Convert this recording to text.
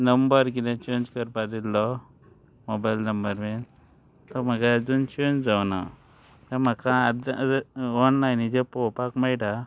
number कितें change करपा दिल्लो मोबायल नंबर बीन तो म्हाका आजून चेंज जावना म्हाका आतां ऑनलायनीचेर पोवपाक मेयटा